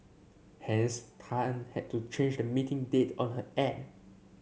hence Tan had to change the meeting date on her end